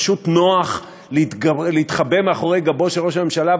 פשוט נוח להתחבא מאחורי גבו של ראש הממשלה,